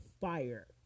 fire